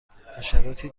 حشراتی